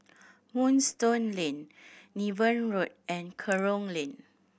Moonstone Lane Niven Road and Kerong Lane